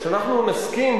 שאנחנו נסכים,